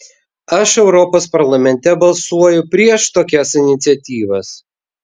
aš europos parlamente balsuoju prieš tokias iniciatyvas